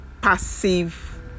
passive